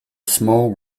small